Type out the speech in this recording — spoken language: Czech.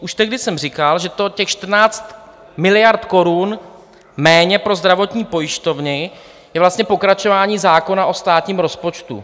Už tehdy jsem říkal, že těch 14 miliard korun méně pro zdravotní pojišťovny je vlastně pokračování zákona o státním rozpočtu.